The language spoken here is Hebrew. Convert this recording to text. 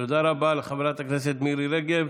תודה רבה לחברת הכנסת מירי רגב.